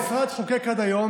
המשרד חוקק עד היום,